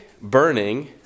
burning